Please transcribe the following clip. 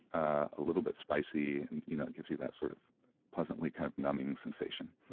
a little bit spicy, and you know it gives you that sort of pleasantly kind of numbing sensation,